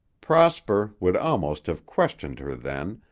prosper would almost have questioned her then,